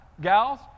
gals